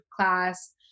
class